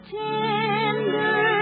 tender